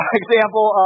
example